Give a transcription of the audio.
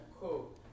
cool